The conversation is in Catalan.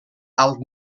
alt